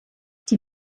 die